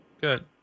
Good